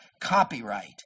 copyright